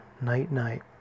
night-night